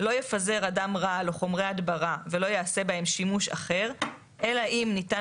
לא יפזר אדם רעל או חומרי הדברה ולא יעשה בהם שימוש אחר אלא אם ניתן